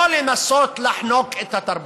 לא לנסות לחנוק את התרבות.